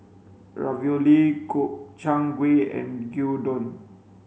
Ravioli Gobchang Gui and Gyudon